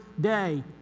day